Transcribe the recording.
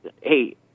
hey